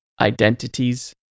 identities